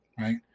right